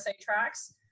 tracks